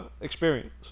experience